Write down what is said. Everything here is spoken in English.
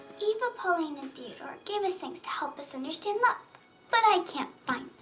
eva, pauline, and theodore gave us things to help us understand love but i can't find